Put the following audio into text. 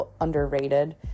underrated